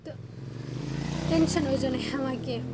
تہٕ ٹٮ۪نشَن ٲسۍزیو نہٕ ہٮ۪وان کیٚنہہ